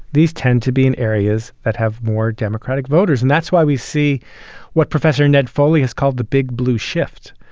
these tend to be in areas that have more democratic voters. and that's why we see what professor ned foley has called the big blue shift,